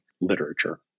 literature